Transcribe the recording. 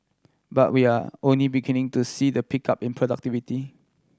but we are only beginning to see the pickup in productivity